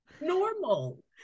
normal